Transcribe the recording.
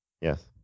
Yes